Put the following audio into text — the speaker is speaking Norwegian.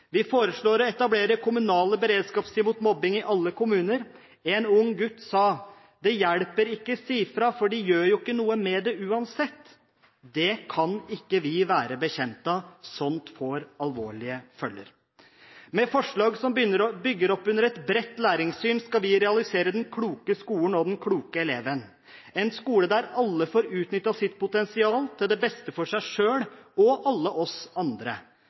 Vi foreslår å etablere kommunale beredskapsteam mot mobbing i alle kommuner. En ung gutt sa: «Det hjelper ikke å si ifra, de gjør ikke noe uansett.» Det kan vi ikke være bekjent av, sånt får alvorlige følger. Med forslag som bygger opp under et bredt læringssyn, skal vi realisere den kloke skolen og den kloke eleven, en skole der alle får utnyttet sitt potensial til beste for seg selv og alle oss andre.